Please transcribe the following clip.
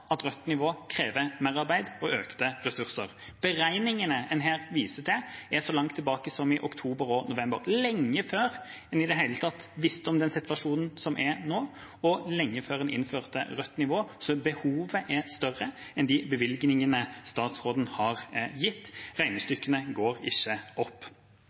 at rødt nivå krever merarbeid og økte ressurser. Beregningene en her viser til, er så langt tilbake som i oktober og november, lenge før en i det hele tatt visste om den situasjonen som er nå, og lenge før en innførte rødt nivå, så behovet er større enn de bevilgningene statsråden har gitt. Regnestykkene går ikke opp.